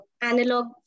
analog